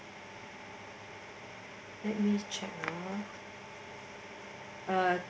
let me check ah uh